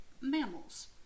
mammals